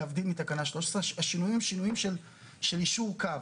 להבדיל מתקנה 13. השינויים הם שינויים של יישור קו,